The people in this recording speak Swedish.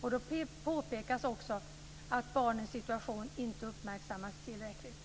och det påpekas också att barnens situation inte uppmärksammas tillräckligt.